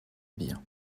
bien